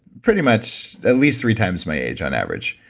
pretty much at least three times my age on average.